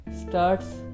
starts